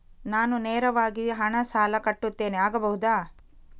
ನಾನು ನೇರವಾಗಿ ಹಣ ಸಾಲ ಕಟ್ಟುತ್ತೇನೆ ಆಗಬಹುದ?